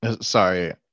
sorry